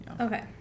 Okay